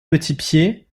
petitpied